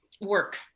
work